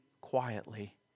quietly